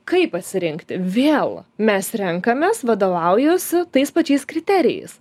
kaip pasirinkti vėl mes renkamės vadovaujuosi tais pačiais kriterijais